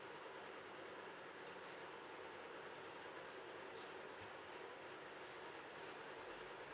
okay